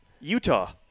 Utah